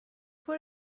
får